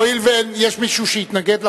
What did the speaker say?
יש מישהו שהתנגד לחוק?